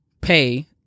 pay